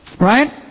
Right